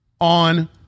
on